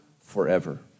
forever